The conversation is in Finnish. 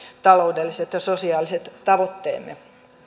taloudelliset ja sosiaaliset tavoitteemme